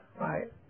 right